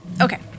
Okay